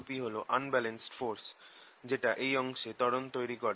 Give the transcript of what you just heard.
∆2p হল unbalanced force যেটা এই অংশে ত্বরণ তৈরি করে